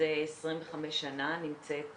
מזה 25 שנה נמצאת